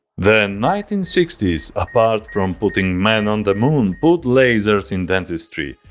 the nineteen sixty s apart from putting man on the moon put lasers in dentistry.